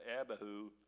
Abihu